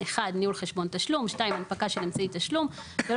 (1) ניהול חשבון תשלום ; (2) הנפקה של אמצעי תשלום ; (3)